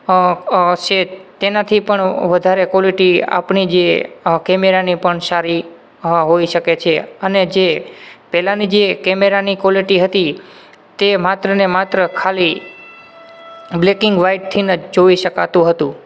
અ અ છે તેનાથી પણ વધારે ક્વૉલિટી આપણી જે કેમેરાની પણ સારી હોઈ શકે છે અને જે પહેલાંની જે કેમેરાની ક્વૉલિટી હતી તે માત્ર અને માત્ર ખાલી બ્લૅકિંગ વ્હાઈટથી જ જોઈ શકાતું હતું